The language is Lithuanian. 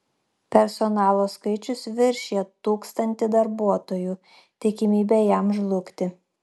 personalo skaičius viršija tūkstanti darbuotojų tikimybė jam žlugti